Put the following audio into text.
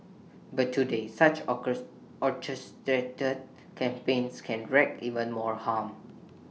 but today such orchestrated campaigns can wreak even more harm